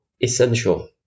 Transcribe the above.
essential